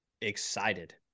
excited